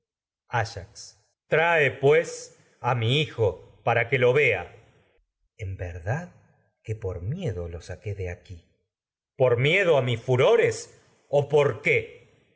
trae pues a mi hijo para que lo vea que por tecmesa en verdad miedo lo saqué de aquí áyax por miedo a mis furores o por qué